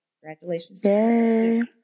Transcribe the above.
congratulations